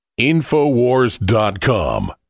Infowars.com